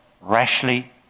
rashly